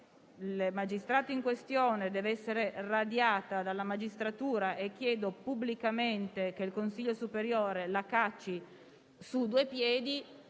il magistrato in questione dev'essere radiato dalla magistratura e il fatto che si chieda pubblicamente che il Consiglio superiore lo cacci su due piedi